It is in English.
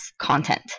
content